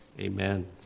Amen